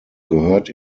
gehört